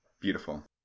Beautiful